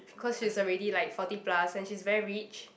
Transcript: because she's already like forty plus and she's very rich